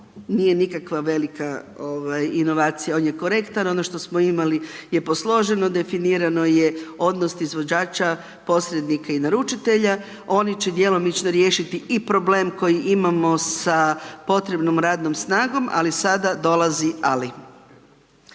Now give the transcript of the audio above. nije nikakva velika inovacija. On je korektan. Ono što smo imali je posloženo, definirano je odnos izvođača, posrednika i naručitelja. Oni će djelomično riješiti i problem koji imamo i sa potrebnom radnom snagom. Ali sada dolazi ali.